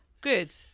good